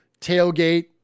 tailgate